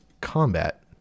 combat